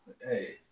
Hey